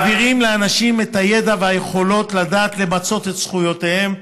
מעבירים לאנשים את הידע והיכולות לדעת למצות את זכויותיהם.